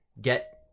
get